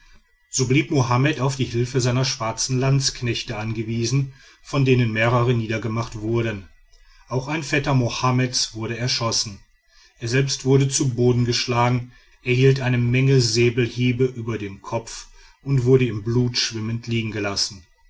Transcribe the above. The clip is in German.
so blieb mohammed auf die hilfe seiner schwarzen landsknechte angewiesen von denen mehrere niedergemacht wurden auch ein vetter mohammeds wurde erschossen er selbst wurde zu boden geschlagen erhielt eine menge säbelhiebe über den kopf und wurde im blut schwimmend liegengelassen